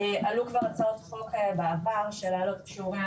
עלו כבר הצעות בעבר של לעלות את שיעורי